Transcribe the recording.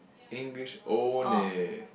English owned eh